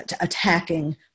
attacking